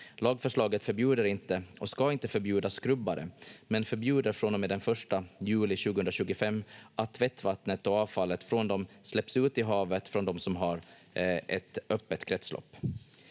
Lagförslaget förbjuder inte och ska inte förbjuda skrubbare, men förbjuder från och med 1 juli 2025 att tvättvattnet och avfallet från dem släpps ut i havet från dem som har ett öppet kretslopp.